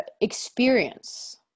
experience